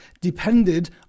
depended